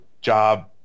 job